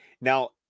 Now